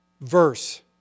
verse